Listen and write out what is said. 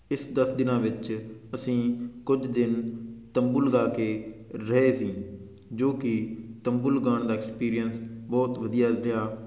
ਇਸ ਦਸ ਦਿਨਾਂ ਵਿੱਚ ਅਸੀਂ ਕੁਝ ਦਿਨ ਤੰਬੂ ਲਗਾ ਕੇ ਰਹੇ ਸੀ ਜੋ ਕਿ ਤੰਬੂ ਲਗਾਉਣ ਦਾ ਐਕਸਪੀਰੀਅੰਸ ਬਹੁਤ ਵਧੀਆ ਰਿਹਾ